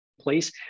place